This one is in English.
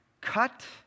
cut